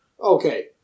Okay